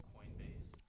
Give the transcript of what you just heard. Coinbase